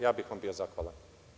Ja bih vam bio zahvalan.